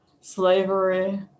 slavery